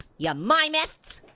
ya mimeists.